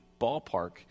ballpark